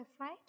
right